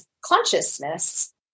consciousness